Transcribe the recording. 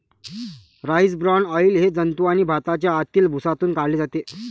rice bran oil हे जंतू आणि भाताच्या आतील भुसातून काढले जाते